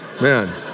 Man